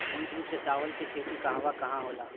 मूल रूप से चावल के खेती कहवा कहा होला?